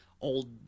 old